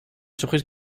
surprise